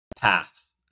path